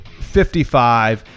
55